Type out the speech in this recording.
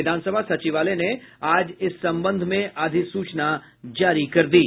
विधानसभा सचिवालय ने आज इस संबंध में अधिसूचना जारी कर दी है